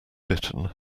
bitten